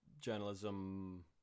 journalism